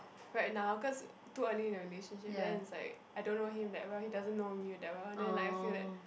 right now cause too early in a relationship then it's like I don't know him that well he doesn't know me that well then like I feel that